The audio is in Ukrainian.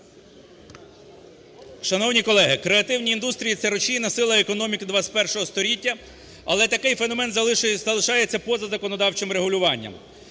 Шановні колеги! Креативні індустрії – це рушійна сила економіки ХХІ століття. Але такий феномен залишається поза законодавчим регулюванням.